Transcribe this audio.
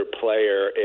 player